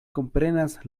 komprenas